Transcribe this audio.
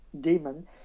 demon